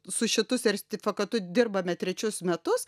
su šitu sertifikatu dirbame trečius metus